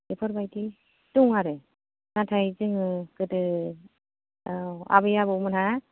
बेफोर बायदि दं आरो नाथाय जोङो गोदो आबै आबौ मोनहा